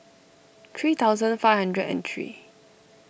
three thousand five hundred and three